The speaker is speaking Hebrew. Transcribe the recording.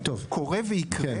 קורה ויקרה,